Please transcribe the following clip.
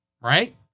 right